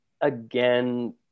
again